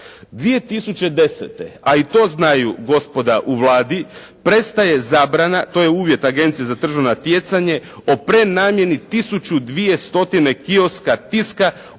2010. a i to znaju gospoda u Vladi, prestaje zabrana, to je uvjet agencije za tržno natjecanje, o prenamijeni 1200 kioska tiska u